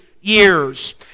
years